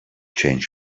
change